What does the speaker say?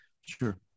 Sure